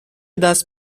دست